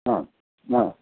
आम् हा